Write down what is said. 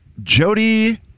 Jody